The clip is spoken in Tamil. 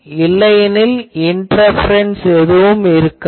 இல்லையெனில் இன்டர்பரன்ஸ் எதுவும் இருக்காது